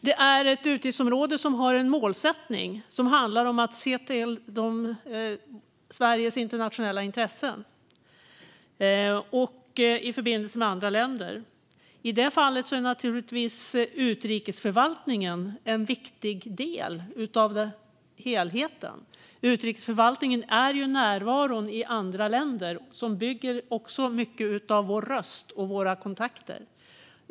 Detta utgiftsområde har en målsättning som handlar om att se till Sveriges internationella intressen i förbindelser med andra länder. I det fallet är naturligtvis utrikesförvaltningen en viktig del av helheten. Utrikesförvaltningen innebär en närvaro i andra länder, vilken bygger mycket av vår röst och våra kontakter.